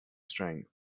strength